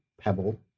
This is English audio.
pebble